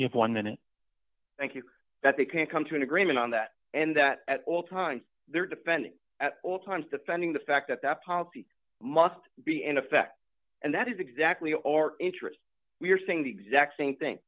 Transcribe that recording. have one minute thank you that they can come to an agreement on that and that at all times they're dependent at all times defending the fact that that policy must be in effect and that is exactly or interest we're seeing the exact same thing